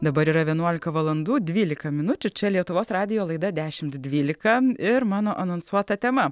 dabar yra vienuolika valandų dvylika minučių čia lietuvos radijo laida dešimt dvylika ir mano anonsuota tema